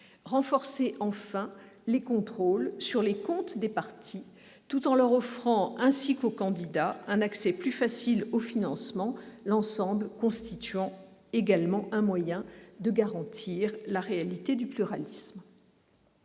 renforcer les contrôles sur les comptes des partis, tout en leur offrant, ainsi qu'aux candidats, un accès plus facile au financement, un moyen de garantir la réalité du pluralisme.